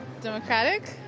Democratic